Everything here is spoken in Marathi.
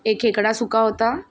एक खेकडा सुका होता